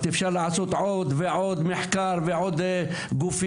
אפשר לעשות עוד מחקר ולהקים עוד גופים.